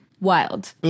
wild